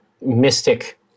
mystic